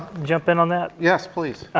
jump in on that? yes, please.